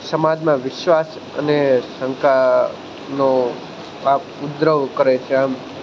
સમાજમાં વિશ્વાસ અને શંકાનો આ ઉપદ્રવ કરે છે આમ